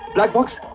black box.